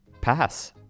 Pass